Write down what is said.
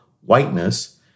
whiteness